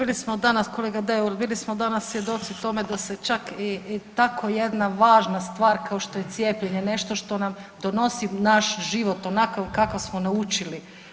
Čuli smo danas kolega Deur, bili smo danas svjedoci tome da se čak i tako jedna važna stvar kao što je cijepljenje nešto što nam donosi naš život onakav kakav smo naučili.